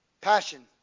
Passion